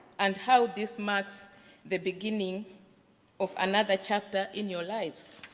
and how this marks the beginning of another chapter in your lives.